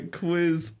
quiz